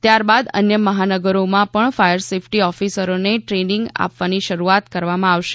ત્યારબાદ અન્ય મહાનગરોમાં પણ ફાયર સેફ્ટી ઓફિસરોને ટ્રેનીંગ આપવાની શરૂઆત કરવામાં આવશે